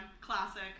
Classic